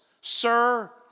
sir